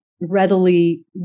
readily